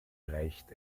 reicht